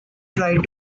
tried